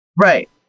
Right